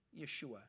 Yeshua